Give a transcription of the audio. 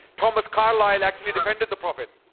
thomas carlyle actually defended the prophet.